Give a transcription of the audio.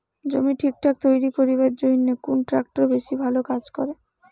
জমি ঠিকঠাক তৈরি করিবার জইন্যে কুন ট্রাক্টর বেশি ভালো কাজ করে?